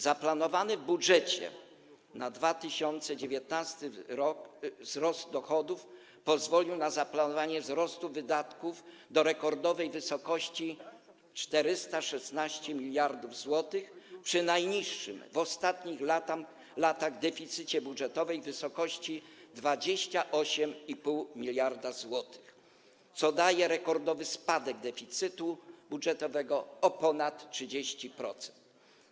Zaplanowany w budżecie na 2019 r. wzrost dochodów pozwoli na zaplanowanie wzrostu wydatków do rekordowej wysokości 416 mld zł, przy najniższym w ostatnich latach deficycie budżetowym w wysokości 28,5 mld zł, co daje rekordowy spadek deficytu budżetowego o ponad 30%.